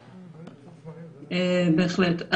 בהחלט.